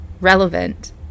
relevant